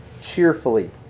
cheerfully